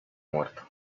muerto